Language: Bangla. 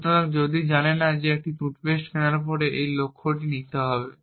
সুতরাং যদি আমি জানি না একটি টুথপেস্ট কেনার এই লক্ষ্যটি নিতে হবে